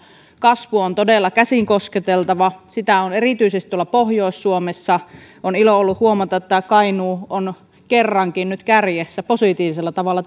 kasvu on todella käsin kosketeltavaa sitä on erityisesti tuolla pohjois suomessa ja on ilo ollut huomata että kainuu on kerrankin nyt kärjessä positiivisella tavalla